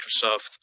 Microsoft